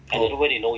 oh